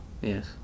yes